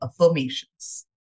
affirmations